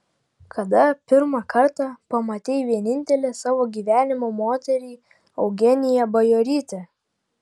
kada pirmą kartą pamatei vienintelę savo gyvenimo moterį eugeniją bajorytę